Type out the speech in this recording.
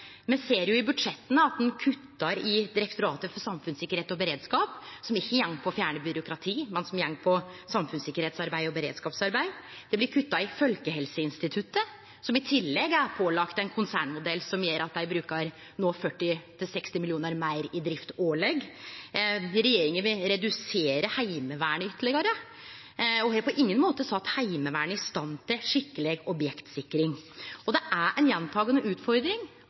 Me ser jo i budsjetta at ein kuttar i Direktoratet for samfunnssikkerhet og beredskap, som ikkje går på å fjerne byråkrati, men på samfunnssikkerheitsarbeid og beredskapsarbeid. Det blir kutta i Folkehelseinstituttet, som i tillegg er pålagt ein konsernmodell som gjer at dei no brukar 40 mill. kr–60 mill. kr meir i drift årleg. Regjeringa vil redusere Heimevernet ytterlegare og har på ingen måte sett Heimevernet i stand til skikkeleg objektsikring. Det er ei gjentakande utfordring